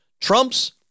Trump's